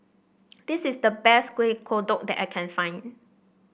this is the best Kuih Kodok that I can find